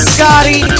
Scotty